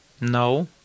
No